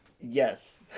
Yes